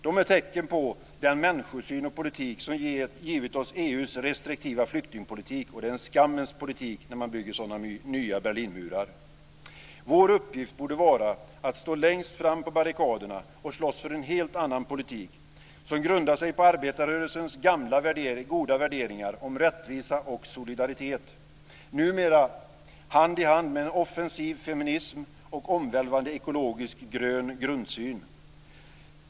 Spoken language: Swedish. De är tecken på den människosyn och politik som givit oss EU:s restriktiva flyktingpolitik. Det är en skammens politik, när man bygger sådana nya Berlinmurar. Vår uppgift borde vara att stå längst fram på barrikaderna och slåss för en helt annan politik som grundar sig på arbetarrörelsens gamla goda värderingar om rättvisa och solidaritet, numera hand i hand med offensiv feminism och omvälvande ekologisk grön grundsyn.